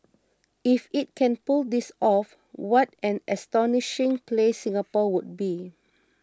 if it can pull this off what an astonishing place Singapore would be